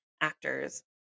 actors